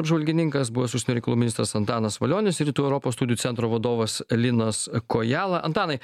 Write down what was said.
apžvalgininkas buvęs užsienio reikalų ministras antanas valionis ir rytų europos studijų centro vadovas linas kojala antanai